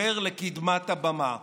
עובר לקדמת הבמה.